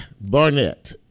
Barnett